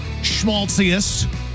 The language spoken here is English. schmaltziest